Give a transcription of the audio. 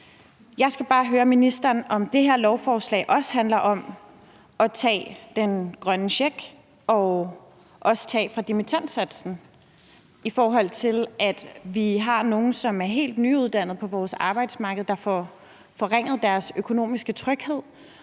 Jeg skal bare høre ministeren, om det her lovforslag også handler om at tage den grønne check og også at tage fra dimittendsatsen, i forhold til at vi har nogle på vores arbejdsmarked, som er helt nyuddannede, og som får forringet deres økonomiske tryghed,